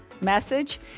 message